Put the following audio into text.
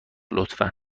لطفا